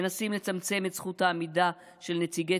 מנסים לצמצם את זכות העמידה של נציגי